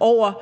over